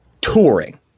touring